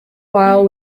while